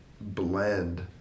blend